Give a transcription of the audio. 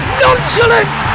nonchalant